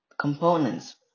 components